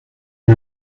del